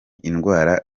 indwara